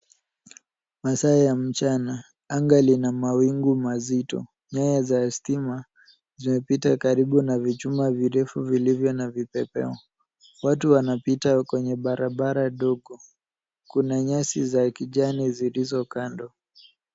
Masaa ya mchana, anga lina mawingu mazito, nyaya za stima zinapita karibu na vichuma virefu vilivyo na vipepeo. Watu wanapita kwenye barabara dogo, kuna nyasi za kijani zilizo kando.